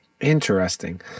Interesting